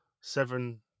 seven